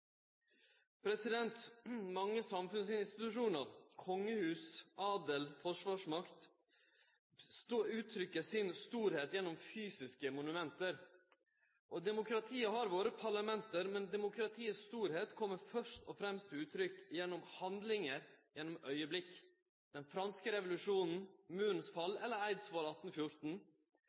Mange samfunnsinstitusjonar, kongehus, adel, forsvarsmakt uttrykkjer sin storleik gjennom fysiske monument. Demokratiet har vore parlament, men demokratiets storleik kjem først og fremst til uttrykk gjennom handlingar, gjennom augneblinkar – den franske revolusjonen, Murens fall, Eidsvoll 1814, eller